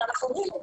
אנחנו אומרים: